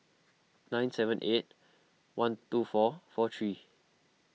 nine seven eight one two four four three